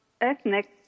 ethnic